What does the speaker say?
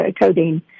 codeine